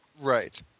Right